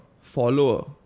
follower